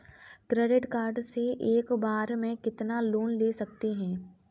Credit card से एक बार में कितना लोन ले सकते हैं?